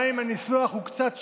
גם אם הניסוח הוא קצת שונה.